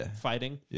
fighting